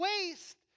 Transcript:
waste